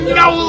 no